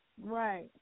Right